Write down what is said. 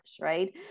right